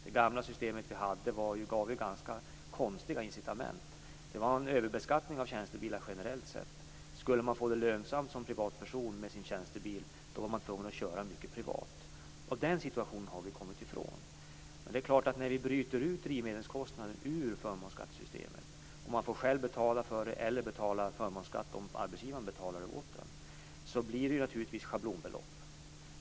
Det gamla systemet gav ganska konstiga incitament. Det var en överbeskattning av tjänstebilar generellt sett. Skulle man som privatperson få det lönsamt med sin tjänstebil var man tvungen att köra mycket privat. Den situationen har vi kommit ifrån. Men när vi bryter ut drivmedelskostnaden ur förmånsskattesystemet och man själv får betala för det, eller betala förmånsskatt om arbetsgivaren betalar det åt en, blir det naturligtvis schablonbelopp.